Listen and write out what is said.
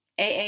AA